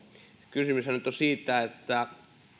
kysymyshän on nyt siitä